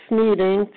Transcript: meeting